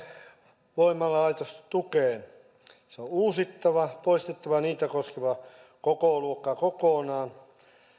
puuhakevoimalaitostukeen se on uusittava poistettava niitä koskeva kokoluokka kokonaan